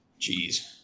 Jeez